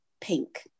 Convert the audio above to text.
pink